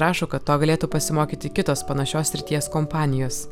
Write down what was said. rašo kad to galėtų pasimokyti kitos panašios srities kompanijos